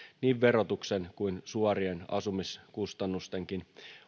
niin verotuksen kuin suorien asumiskustannustenkin